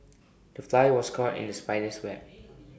the fly was caught in the spider's web